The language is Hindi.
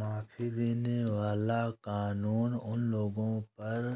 माफी देने वाला कानून उन लोगों पर